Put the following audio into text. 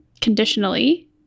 conditionally